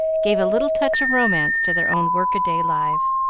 gave a little touch of romance to their own work-a-day lives.